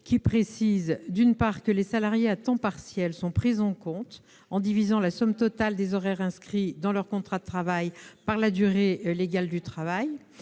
dispose, d'une part, que les salariés à temps partiel sont pris en compte en divisant la somme totale des horaires inscrits dans leur contrat de travail par la durée légale du travail-